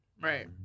right